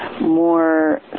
more